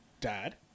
Dad